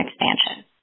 expansion